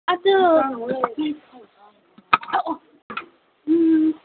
ꯑꯗꯨ